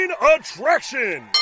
attraction